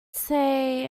say